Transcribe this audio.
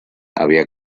había